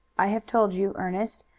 i have told you, ernest,